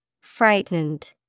Frightened